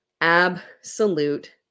absolute